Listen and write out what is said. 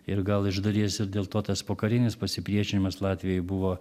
ir gal iš dalies ir dėl to tas pokarinis pasipriešinimas latvijoj buvo